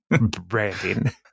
branding